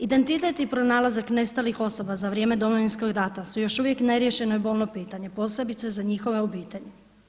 Identitet i pronalazak nestalih osoba za vrijeme Domovinskog rata su još uvijek neriješeno i bolno pitanje posebice za njihove obitelji.